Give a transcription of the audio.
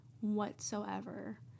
whatsoever